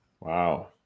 Wow